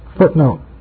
Footnote